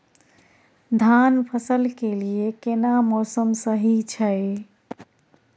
धान फसल के लिये केना मौसम सही छै?